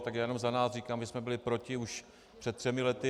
Já jenom za nás říkám, že jsme byli proti už před třemi lety.